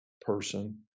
person